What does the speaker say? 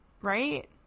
Right